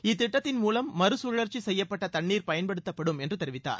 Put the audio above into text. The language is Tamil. இத்திட்டத்தின் மூலம் மறுகழற்சி செய்யப்பட்ட தண்ணீர் பயன்படுத்தப்படும் என்று தெரிவித்தார்